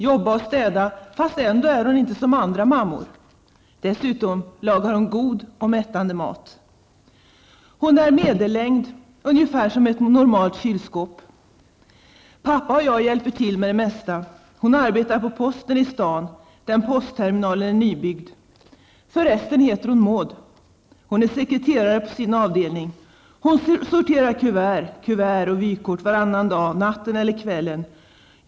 Jobba och städa, fast ändå är hon inte som andra mammor. Dessutom lagar hon god och mättande mat. Hon är medellängd, ungefär som ett normalt kylskåp. Pappa och jag hjälper till med det mesta. Hon arbetar på Posten i stan. Den postterminalen är nybyggd. Förresten heter hon Maud. Hon är sekreterare på sin avdelning. Hon sorterar kuvert, kuvert och vykort varannan dag, natten eller kvällen.